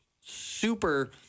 super